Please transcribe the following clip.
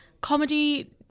comedy